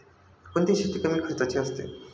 कोणती शेती कमी खर्चाची असते?